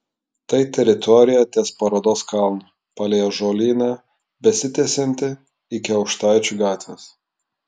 tai teritorija ties parodos kalnu palei ąžuolyną besitęsianti iki aukštaičių gatvės